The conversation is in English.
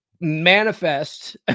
manifest